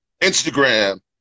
Instagram